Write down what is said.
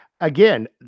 Again